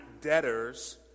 debtors